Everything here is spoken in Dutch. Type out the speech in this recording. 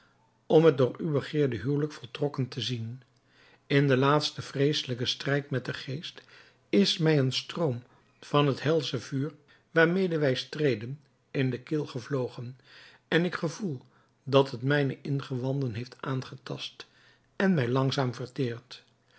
om het door u begeerde huwelijk voltrokken te zien in den laatsten vreeselijken strijd met den geest is mij een stroom van het helsche vuur waarmede wij streden in de keel gevlogen en ik gevoel dat het mijne ingewanden heeft aangetast en mij langzaam verteert